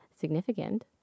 significant